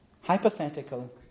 hypothetical